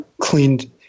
cleaned